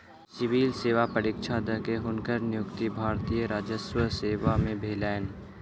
civil सेवा परीक्षा द के, हुनकर नियुक्ति भारतीय राजस्व सेवा में भेलैन